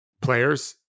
players